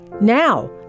Now